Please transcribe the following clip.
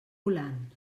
volant